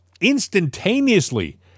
instantaneously